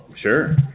sure